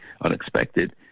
unexpected